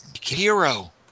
hero